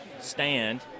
stand